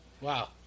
Wow